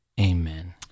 Amen